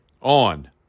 on